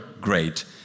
great